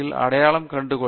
பேராசிரியர் அபிஜித் பி